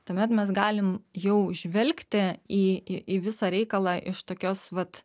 tuomet mes galim jau žvelgti į į į visą reikalą iš tokios vat